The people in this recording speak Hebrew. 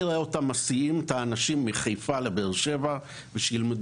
נראה אותם מסיעים את האנשים מחיפה לבאר שבע שילמדו